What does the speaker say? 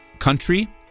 country